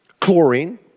chlorine